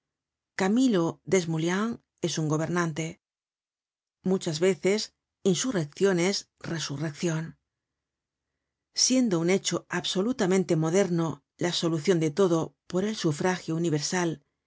camilo desmouliens es un gobernante muchas veces insurreccion es resurreccion siendo un hecho absolutamente moderno la solucion de todo por el sufragio universal